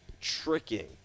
tricking